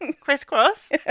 Crisscross